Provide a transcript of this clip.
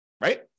Right